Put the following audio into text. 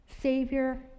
Savior